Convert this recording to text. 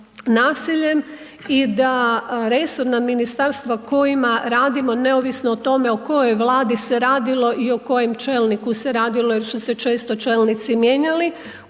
nasiljem i da resorna ministarstva kojima radimo neovisno o tome o kojoj Vladi se radilo i o kojim čelniku se radilo jer su se često čelnici mijenjali,